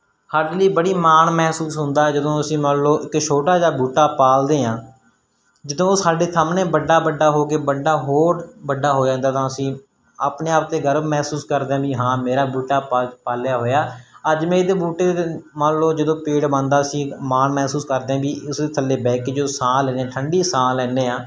ਸਾਡੇ ਲਈ ਬੜੀ ਮਾਣ ਮਹਿਸੂਸ ਹੁੰਦਾ ਜਦੋਂ ਅਸੀਂ ਮੰਨ ਲਓ ਇੱਕ ਛੋਟਾ ਜਿਹਾ ਬੂਟਾ ਪਾਲਦੇ ਹਾਂ ਜਦੋਂ ਉਹ ਸਾਡੇ ਸਾਹਮਣੇ ਵੱਡਾ ਵੱਡਾ ਹੋ ਕੇ ਵੱਡਾ ਹੋਰ ਵੱਡਾ ਹੋ ਜਾਂਦਾ ਤਾਂ ਅਸੀਂ ਆਪਣੇ ਆਪ 'ਤੇ ਗਰਵ ਮਹਿਸੂਸ ਕਰਦੇ ਹਾਂ ਵੀ ਹਾਂ ਮੇਰਾ ਬੂਟਾ ਪਾ ਪਾਲਿਆ ਹੋਇਆ ਅੱਜ ਮੈਂ ਇਹਦੇ ਬੂਟੇ ਦੇ ਮੰਨ ਲਓ ਜਦੋਂ ਪੇੜ ਬਣਦਾ ਅਸੀਂ ਮਾਨ ਮਹਿਸੂਸ ਕਰਦੇ ਹਾਂ ਵੀ ਇਸ ਥੱਲੇ ਬਹਿ ਕੇ ਜਦੋਂ ਸਾਹ ਲੈਂਦੇ ਠੰਡੇ ਸਾਹ ਲੈਂਦੇ ਆ